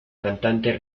cantante